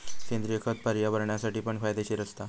सेंद्रिय खत पर्यावरणासाठी पण फायदेशीर असता